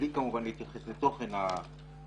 בלי כמובן להתייחס לתוכן הדיון.